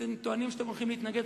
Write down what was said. חברים, אתם טוענים שאתם הולכים להתנגד.